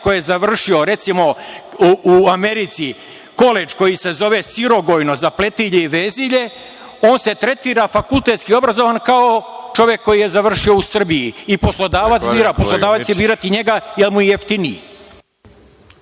ko je završio recimo u Americi koledž koji se zove “Sirogojno“ za pletilje i vezilje, on se tretira fakultetski obrazovan kao čovek koji je završio u Srbiji i poslodavac će birati njega jel mu je jeftiniji.